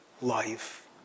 life